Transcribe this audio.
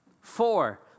Four